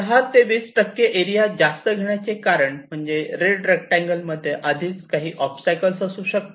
10 ते 20 टक्के एरिया जास्त घेण्याचे कारण म्हणजे रेड रेक्टांगल मध्ये आधीच काही ओबस्टॅकल्स असू शकतात